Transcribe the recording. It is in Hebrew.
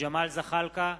ג'מאל זחאלקה,